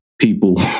people